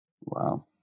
Wow